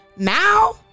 Now